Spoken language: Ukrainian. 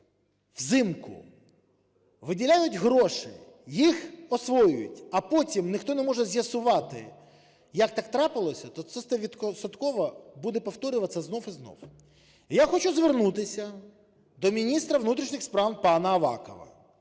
взимку виділяють гроші, їх освоюють, а потім ніхто не може з'ясувати, як так трапилось, то це стовідсотково буде повторюватися знову і знову. Я хочу звернутися до міністра внутрішніх справ пана Авакова,